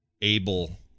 able